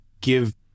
give